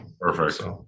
Perfect